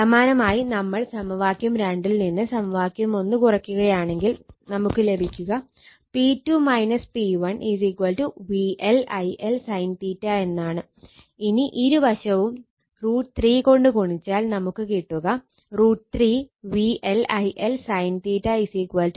സമാനമായി നമ്മൾ സമവാക്യം 2 ൽ നിന്ന് സമവാക്യം 1 കുറക്കുകയാണെങ്കിൽ നമുക്ക് ലഭിക്കുക P2 P1 VL IL sinഎന്നാണ് ഇനി ഇരു വശവും √ 3 കൊണ്ട് ഗുണിച്ചാൽ നമുക്ക് കിട്ടുക √ 3 VL IL sin √ 3 എന്നാവും